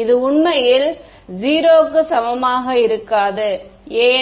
இது உண்மையில் 0 க்கு சமமாக இருக்காது ஏன்